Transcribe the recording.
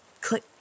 click